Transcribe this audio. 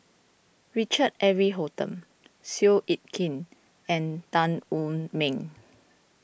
Richard Eric Holttum Seow Yit Kin and Tan Wu Meng